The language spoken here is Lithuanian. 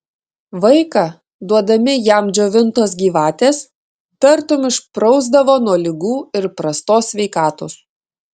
vaiką duodami jam džiovintos gyvatės tartum išprausdavo nuo ligų ir prastos sveikatos